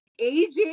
AJ